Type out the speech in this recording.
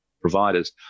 providers